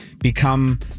become